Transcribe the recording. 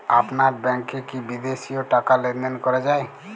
আপনার ব্যাংকে কী বিদেশিও টাকা লেনদেন করা যায়?